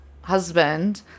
husband